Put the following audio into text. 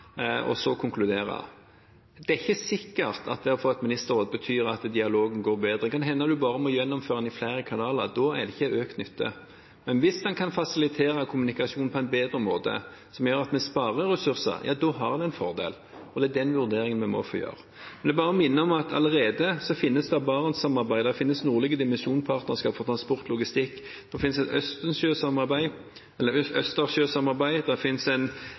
og så konkludere. Det er ikke sikkert at det å få et ministerråd betyr at dialogen går bedre. Kan hende en bare må gjennomføre den i flere kanaler. Da er det ikke økt nytte. Men hvis en kan fasilitere kommunikasjon på en bedre måte, som gjør at vi sparer ressurser, har vi en fordel. Det er den vurderingen vi må få gjøre. Jeg vil bare minne om at det allerede finnes et barentssamarbeid, det finnes nordlige dimensjonspartnerskap for transport og logistikk, det finnes et Østersjø-samarbeid, det finnes